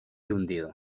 hundido